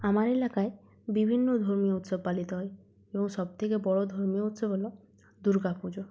আমার এলাকায় বিভিন্ন ধর্মীয় উৎসব পালিত হয় এবং সবথেকে বড় ধর্মীয় উৎসব হলো দুর্গা পুজো